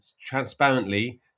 transparently